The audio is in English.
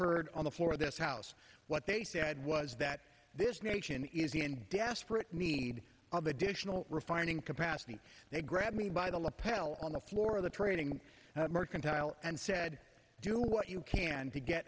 heard on the floor of this house what they said was that this nation is in desperate need of additional refining capacity they grabbed me by the lapel on the floor of the trading mercantile and said do what you can to get